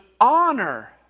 honor